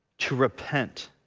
to repent